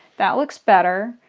that looks better.